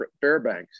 Fairbanks